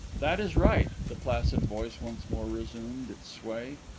that is right. the placid voice once more resumed its sway.